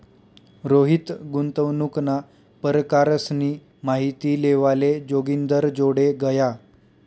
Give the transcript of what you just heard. रोहित गुंतवणूकना परकारसनी माहिती लेवाले जोगिंदरजोडे गया